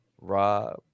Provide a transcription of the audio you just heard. Rob